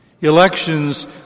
Elections